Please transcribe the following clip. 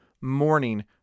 morning